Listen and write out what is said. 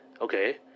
Okay